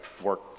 work